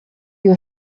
you